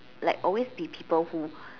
like always be people who